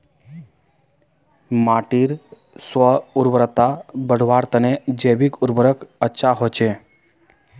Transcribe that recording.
माटीर स्व उर्वरता बढ़वार तने जैविक उर्वरक अच्छा होचे